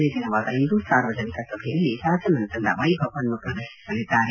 ಎರಡನೇ ದಿನವಾದ ಇಂದು ಸಾರ್ವಜನಿಕ ಸಭೆಯಲ್ಲಿ ರಾಜಮನೆತನದ ವೈಭವವನ್ನು ಪ್ರದರ್ಶಿಸಲಿದ್ದಾರೆ